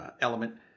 element